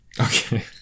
Okay